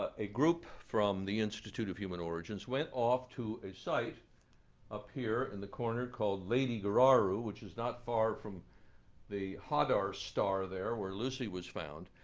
ah a group from the institute of human origins went off to a site up here in the corner, called ledi-geraru, which is not far from the hadar star there, where lucy was found.